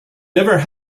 never